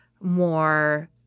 more